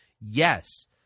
Yes